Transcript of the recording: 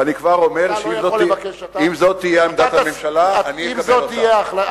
ואני כבר אומר שאם זו תהיה עמדת הממשלה,